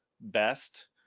best